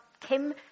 Kim